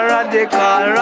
Radical